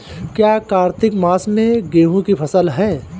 क्या कार्तिक मास में गेहु की फ़सल है?